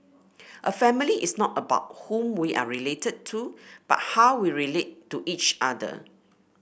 a family is not about whom we are related to but how we relate to each other